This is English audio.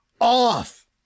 off